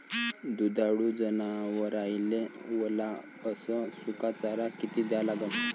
दुधाळू जनावराइले वला अस सुका चारा किती द्या लागन?